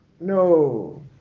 No